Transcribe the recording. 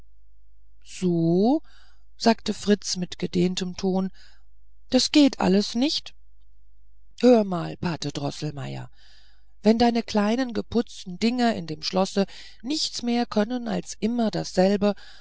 so o fragte fritz mit gedehntem ton das geht alles nicht hör mal pate droßelmeier wenn deine kleinen geputzten dinger in dem schlosse nichts mehr können als immer dasselbe